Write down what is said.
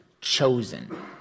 chosen